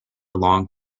long